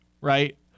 right